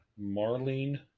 Marlene